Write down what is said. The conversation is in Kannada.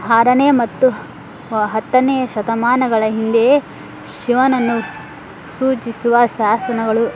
ಆರನೇ ಮತ್ತು ವ ಹತ್ತನೆಯ ಶತಮಾನಗಳ ಹಿಂದೆಯೇ ಶಿವನನ್ನು ಸೂಚಿಸುವ ಶಾಸನಗಳು